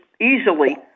easily